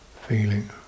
feeling